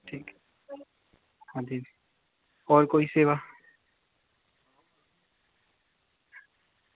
ठीक ऐ आं जी होर कोई सेवा